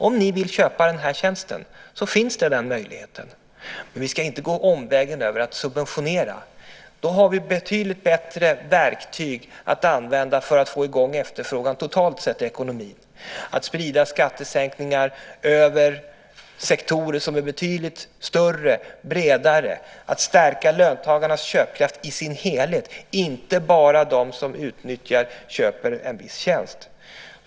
Om de vill köpa den här tjänsten finns den möjligheten. Men vi ska inte gå omvägen över att subventionera. Då har vi betydligt bättre verktyg att använda för att få i gång efterfrågan totalt sett i ekonomin - att sprida skattesänkningar över sektorer som är betydligt större och bredare, att stärka löntagarnas köpkraft i sin helhet, inte bara för dem som utnyttjar och köper en viss tjänst.